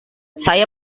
saya